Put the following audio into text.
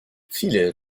viele